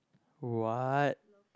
what